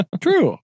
True